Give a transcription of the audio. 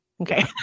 Okay